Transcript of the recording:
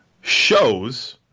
shows